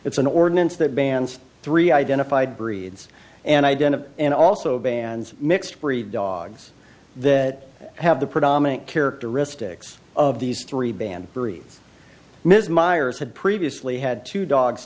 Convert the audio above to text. it's an ordinance that bans three identified breeds and identify and also bans mixed breed dogs that have the predominant characteristics of these three banned breeds ms miers had previously had two dogs